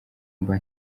mba